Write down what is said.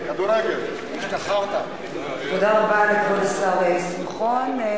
תודה רבה לכבוד השר שמחון.